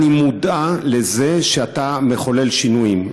אני מודע לזה שאתה מחולל שינויים,